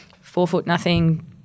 four-foot-nothing